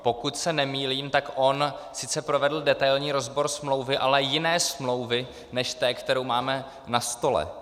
Pokud se nemýlím, on sice provedl detailní rozbor smlouvy, ale jiné smlouvy než té, kterou máme na stole.